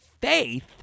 faith